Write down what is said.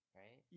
right